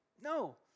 No